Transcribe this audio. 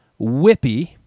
Whippy